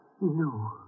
No